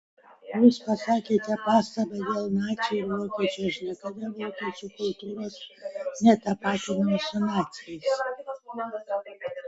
jūs pasakėte pastabą dėl nacių ir vokiečių aš niekada vokiečių kultūros netapatinau su naciais